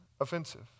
offensive